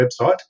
website